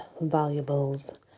valuables